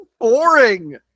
boring